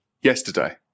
yesterday